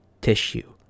tissue